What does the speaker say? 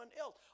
else